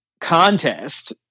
contest